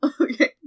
okay